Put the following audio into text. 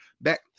back